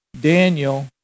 Daniel